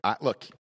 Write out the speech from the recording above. Look